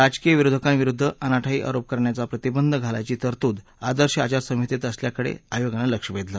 राजकीय विरोधकांविरुद्ध अनाठायी आरोप करण्याला प्रतिबंध घालायची तरतूद आदर्श आचारसंहितेत असल्याकडे आयोगानं लक्ष वेधलं